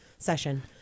Session